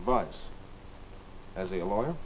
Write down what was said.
advice as a lawyer